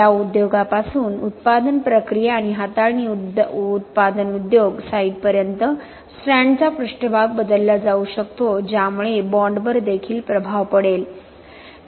या उद्योगापासून उत्पादन प्रक्रिया आणि हाताळणी उत्पादन उद्योग साइटपर्यंत स्ट्रँडचा पृष्ठभाग बदलला जाऊ शकतो ज्यामुळे बाँडवर देखील प्रभाव पडेल